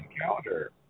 calendar